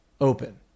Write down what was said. Open